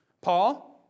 Paul